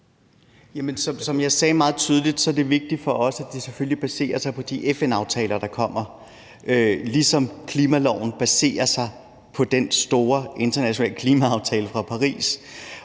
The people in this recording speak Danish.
Som jeg sagde meget tydeligt, er det vigtigt for os, at det selvfølgelig baserer sig på de FN-aftaler, der kommer, ligesom klimaloven baserer sig på den store internationale klimaaftale fra Paris.